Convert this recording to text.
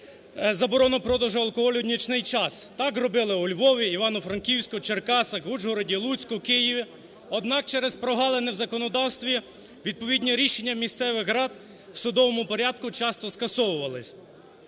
заборону продажу алкоголю в нічний час. Так робили у Львові, Івано-Франківську, Черкасах, Ужгороді, Луцьку, Києві, однак через прогалини в законодавстві відповідні рішення місцевих рад в судовому порядку часто скасовувалися.